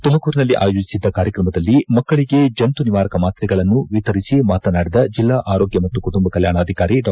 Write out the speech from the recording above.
ತುಮಕೂರಿನಲ್ಲಿ ಆಯೋಜಿಸಿದ್ದ ಕಾರ್ಯಕ್ರಮದಲ್ಲಿ ಮಕ್ಕಳಿಗೆ ಜಂತು ನಿವಾರಕ ಮಾತ್ರೆಗಳನ್ನು ವಿತರಿಸಿ ಮಾತನಾಡಿದ ಜಿಲ್ಲಾ ಆರೋಗ್ಯ ಮತ್ತು ಕುಟುಂಬ ಕಲ್ಲಾಣಾಧಿಕಾರಿ ಡಾ